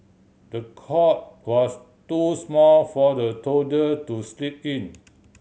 the cot was too small for the toddler to sleep in